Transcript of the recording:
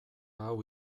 hau